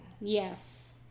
yes